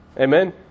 Amen